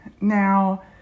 Now